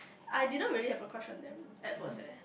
I didn't really have a crush on them at first eh